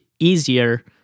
easier